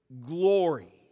glory